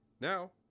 Now